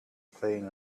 playing